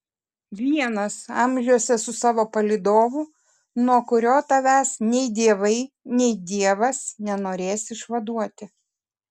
vienas amžiuose su savo palydovu nuo kurio tavęs nei dievai nei dievas nenorės išvaduoti